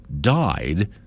died